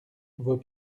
vos